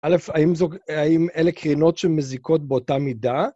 א. האם זו האם אלה קרינות שמזיקות באותה מידה?